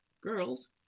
girls